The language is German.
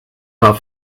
war